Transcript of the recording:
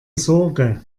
sorge